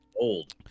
Old